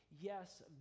yes